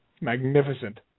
Magnificent